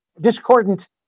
discordant